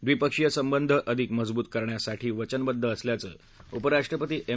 द्विपक्षीय संबंध अधिक मजबूत करण्यासाठी वचनबद्ध असल्याचं उपराष्ट्रपती एम